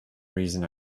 reason